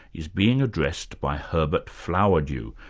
is being addressed by herbert flowerdew,